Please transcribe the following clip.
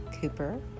Cooper